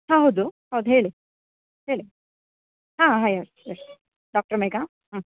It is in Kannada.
ಹಾಂ ಹೌದು ಹೌದು ಹೇಳಿ ಹೇಳಿ ಹಾಂ ಹೇಳಿ ಹೇಳಿ ಡಾಕ್ಟ್ರ್ ಮೇಘ ಹ್ಞೂ